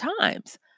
times